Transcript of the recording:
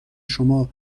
شما